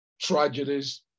tragedies